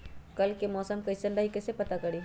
कल के मौसम कैसन रही कई से पता करी?